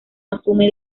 asume